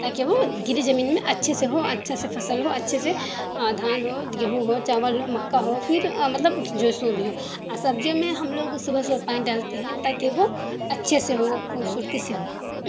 تاکہ وہ گیلی زمین میں اچھے سے ہو اچھا سے فصل ہو اچھے سے دھان ہو گیہوں ہو چاول ہو مکا ہو پھر مطلب جو ہے سو بھی ہو اور سبزیوں میں ہم لوگ صبح صبح پانی ڈالتے ہیں تاکہ وہ اچھے سے ہو خوبصورتی سے ہو